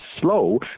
slow